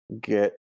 get